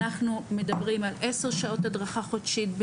אנחנו מדברים על עשר שעות הדרכה חודשית,